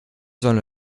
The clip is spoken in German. sollen